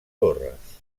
torres